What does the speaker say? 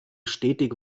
stetig